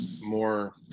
more –